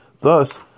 Thus